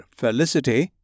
felicity